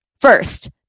First